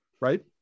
right